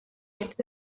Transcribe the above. ერთ